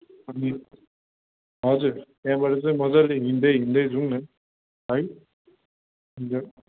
अनि हजुर त्यहाँबाट चाहिँ मजाले हिङ्दै हिङ्दै जाउँ न है अन्त